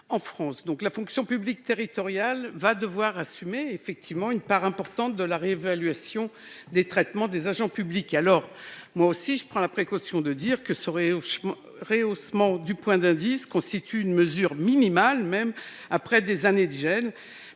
fonction publique territoriale va devoir assumer une part importante de la réévaluation des traitements des agents publics. Si je tiens à souligner que ce rehaussement du point d'indice constitue une mesure minimale après des années de gel,